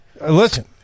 listen